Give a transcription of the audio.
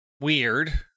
weird